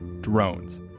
Drones